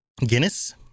Guinness